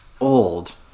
old